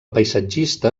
paisatgista